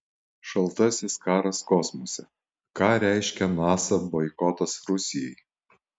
šaltasis karas kosmose ką reiškia nasa boikotas rusijai